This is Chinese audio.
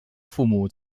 父母